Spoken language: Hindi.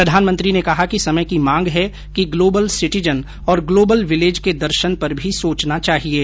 प्रधानमंत्री ने कहा कि समय की मांग है कि ग्लोबल सिटीजन और ग्लेबल विलेज के दर्शन पर भी सोचना चाहिये